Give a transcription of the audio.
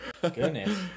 Goodness